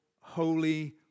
Holy